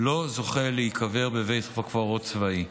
לא זוכה להיקבר בבית קברות צבאי.